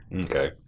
Okay